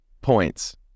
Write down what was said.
Points